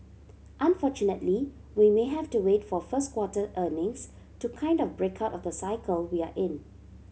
unfortunately we may have to wait for first quarter earnings to kind of break out of the cycle we're in